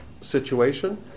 situation